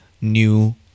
new